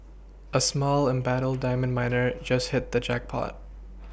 a small embattled diamond miner just hit the jackpot